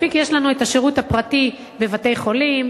מספיק יש לנו שירות פרטי בבתי-חולים,